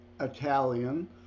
Italian